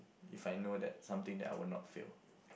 if I know that something that I would not fail